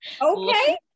Okay